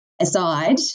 aside